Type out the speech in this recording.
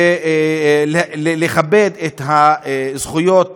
ולכבד את זכויות